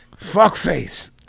fuckface